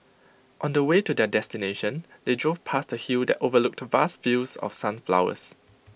on the way to their destination they drove past A hill that overlooked vast fields of sunflowers